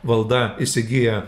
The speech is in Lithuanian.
valda įsigija